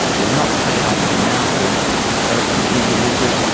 they're not paid on the amount of electricity delivered,